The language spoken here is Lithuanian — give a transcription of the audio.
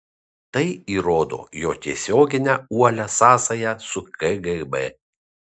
tai įrodo jo tiesioginę uolią sąsają su kgb